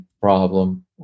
problem